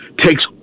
takes